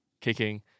kicking